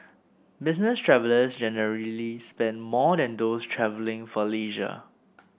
business travellers generally spend more than those travelling for leisure